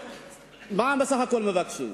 מה בסך הכול אנחנו מבקשים?